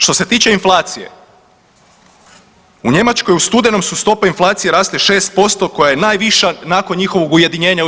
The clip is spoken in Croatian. Što se tiče inflacije, u Njemačkoj u studenom su stope inflacije rasle 6% koja je najviša nakon njihovog ujedinjenja u EU.